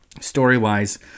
story-wise